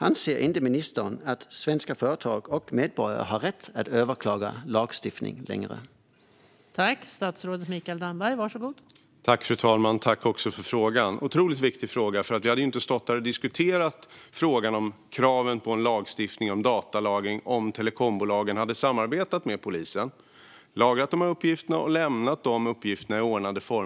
Anser ministern att svenska företag och medborgare inte längre har rätt att överklaga domar för att få lagar prövade?